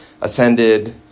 ascended